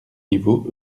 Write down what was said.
niveau